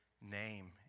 name